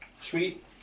Sweet